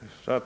Det var